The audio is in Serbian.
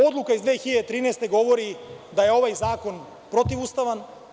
Odluka iz 2013. godine govori da je ovaj zakon protivustavan.